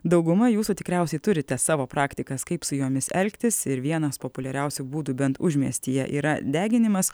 dauguma jūsų tikriausiai turite savo praktikas kaip su jomis elgtis ir vienas populiariausių būdų bent užmiestyje yra deginimas